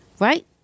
right